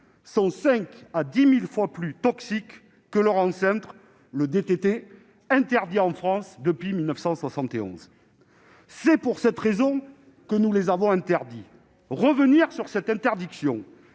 sont 5 000 à 10 000 fois plus toxiques que leur ancêtre, le DDT, interdit en France depuis 1971. C'est pour cette raison que nous les avons interdits. Revenir sur cette interdiction,